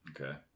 Okay